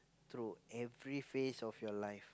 through every phase of your life